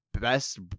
best